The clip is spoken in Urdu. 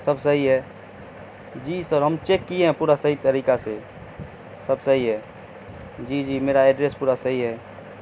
سب صحیح ہے جی سر ہم چیک کیے ہیں پورا صحیح طریقہ سے سب صحیح ہے جی جی میرا ایڈریس پورا صحیح ہے